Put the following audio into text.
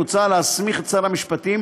מוצע להסמיך את שר המשפטים,